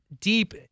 deep